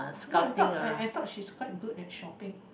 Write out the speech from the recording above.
no I thought I I thought she is quite at shopping